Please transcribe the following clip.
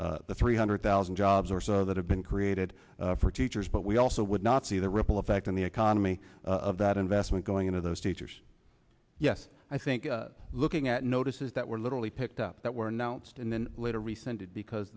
see the three hundred thousand jobs or so that have been created for teachers but we also would not see the ripple effect in the economy of that investment going into those teachers yes i think looking at notices that were literally picked up that were announced and then later rescinded because